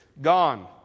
Gone